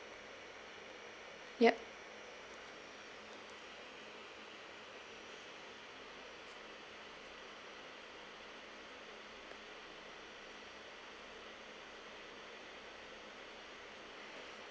yup